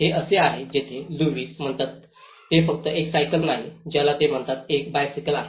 हे असे आहे जेथे लुईस म्हणतात ते फक्त एक सायकल नाही ज्याला ते म्हणतात एक बायसायकल आहे